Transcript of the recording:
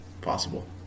Possible